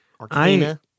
Arcana